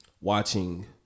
Watching